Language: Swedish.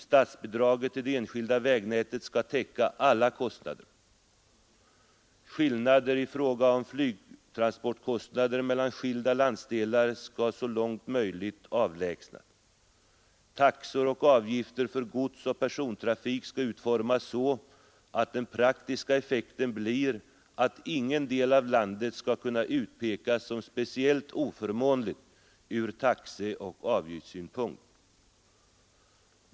Statsbidraget till det enskilda vägnätet skall täcka alla kostnader. Skillnader i fråga om flygtransportkostnader mellan skilda landsdelar skall så långt möjligt avlägsnas. Taxor och avgifter för godsoch persontrafik skall utformas så, att den praktiska effekten blir att ingen del av landet skall kunna utpekas som speciellt oförmånlig ur taxeoch avgiftssynpunkt.